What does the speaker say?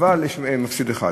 אבל יש מפסיד אחד.